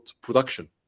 production